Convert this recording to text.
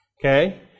Okay